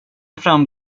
fram